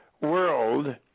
World